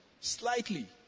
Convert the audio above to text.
slightly